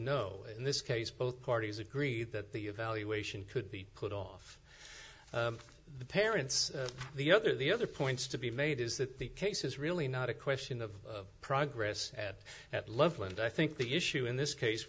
no in this case both parties agree that the evaluation could be put off the parents the other the other points to be made is that the case is really not a question of progress at at loveland i think the issue in this case